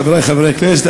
חברי חברי הכנסת,